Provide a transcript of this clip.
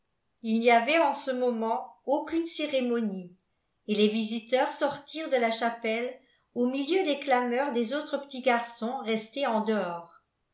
il n'y avait en ce moment aucune cérémonie et les visiteurs sortirent de la chapelle au milieu des clameurs des autres petits garçons restés en dehors